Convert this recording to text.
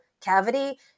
cavity